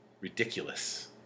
ridiculous